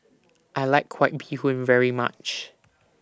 I like White Bee Hoon very much